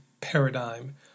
paradigm